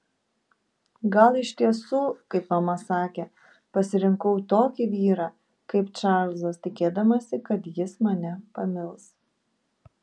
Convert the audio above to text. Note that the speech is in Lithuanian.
gal iš tiesų kaip mama sakė pasirinkau tokį vyrą kaip čarlzas tikėdamasi kad jis mane pamils